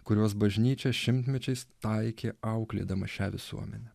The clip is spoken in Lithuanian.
kuriuos bažnyčia šimtmečiais taikė auklėdama šią visuomenę